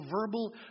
verbal